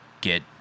get